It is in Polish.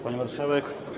Pani Marszałek!